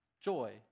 Joy